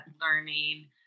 learning